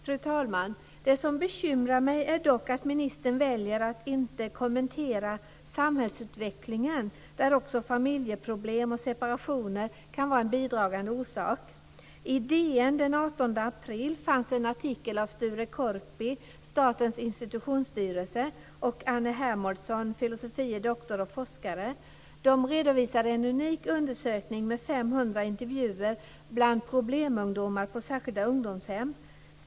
Fru talman! Det som bekymrar mig är dock att ministern väljer att inte kommentera samhällsutvecklingen, där också familjeproblem och separationer kan vara en bidragande orsak. I DN den 18 april fanns en artikel av Sture Korpi, Statens institutionsstyrelse, och Anne Hermodsson, filosofie doktor och forskare. De redovisar en unik undersökning med 500 intervjuer bland problemungdomar på särskilda ungdomshem.